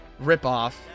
ripoff